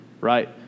right